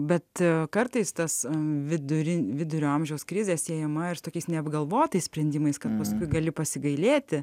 bet kartais tas vidury vidurio amžiaus krizė siejama ir su tokiais neapgalvotais sprendimais kad mūsų gali pasigailėti